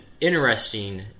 interesting